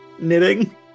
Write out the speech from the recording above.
Knitting